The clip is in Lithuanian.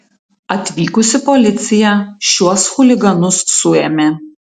atvykusi policija šiuos chuliganus suėmė